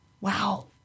Wow